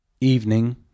Evening